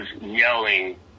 yelling